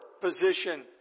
position